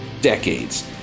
decades